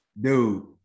Dude